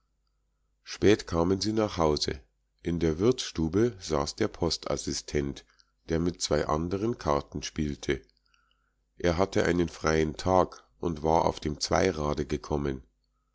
spät kamen sie nach hause in der wirtsstube saß der postassistent der mit zwei anderen karten spielte er hatte einen freien tag und war auf dem zweirade gekommen